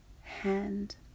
hand